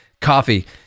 coffee